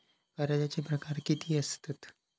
कर्जाचे प्रकार कीती असतत?